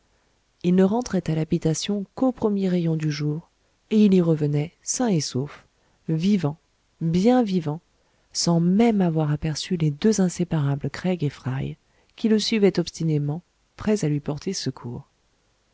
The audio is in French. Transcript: il ne rentrait à l'habitation qu'aux premiers rayons du jour et il y revenait sain et sauf vivant bien vivant sans même avoir aperçu les deux inséparables craig et fry qui le suivaient obstinément prêts à lui porter secours